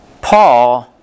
Paul